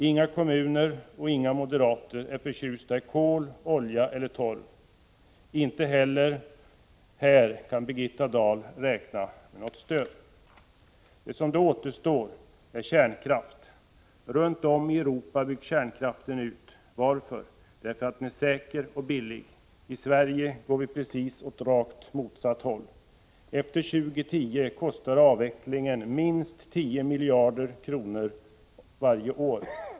Inga kommuner och inga moderater är förtjusta i kol, olja eller torv. Inte heller på den punkten kan Birgitta Dahl räkna med något stöd. Det som då återstår är kärnkraften. Runt om i Europa byggs kärnkraften ut. Varför? Därför att den är säker och billig. I Sverige går vi åt precis rakt motsatt håll. Efter år 2010 kostar avvecklingen minst 10 miljarder kronor varje år.